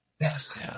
Yes